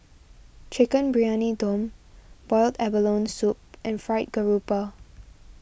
Chicken Briyani Dum Boiled Abalone Soup and Fried Garoupa